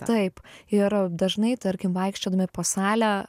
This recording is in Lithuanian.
taip ir dažnai tarkim vaikščiodami po salę